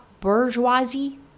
bourgeoisie